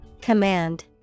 Command